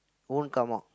won't come out